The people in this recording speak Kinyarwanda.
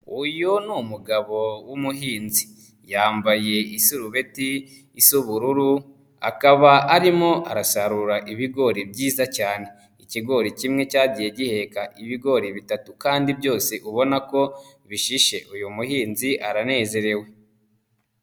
Uyu ni umugabo w'umuhinzi yambaye isurubeti isa ubururu akaba arimo arasarura ibigori byiza cyane ikigori kimwe cyagiye giheheka ibigori bitatu kandi byose ubona ko bishishe, uyu muhinzi aranezerewe.